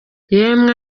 yemwe